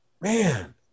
man